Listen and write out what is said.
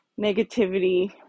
negativity